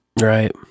Right